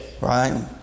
Right